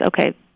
Okay